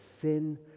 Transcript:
sin